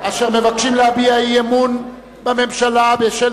אשר מבקשות להביע אי-אמון בממשלה בשל